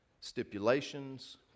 stipulations